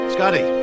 Scotty